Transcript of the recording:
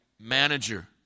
Manager